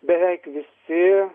beveik visi